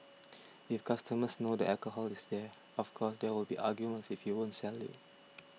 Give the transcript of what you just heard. if customers know the alcohol is there of course there will be arguments if you won't sell it